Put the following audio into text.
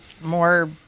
more